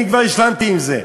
אני כבר השלמתי עם זה.